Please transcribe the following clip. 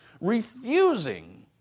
refusing